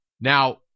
Now